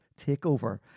takeover